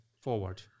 forward